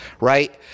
Right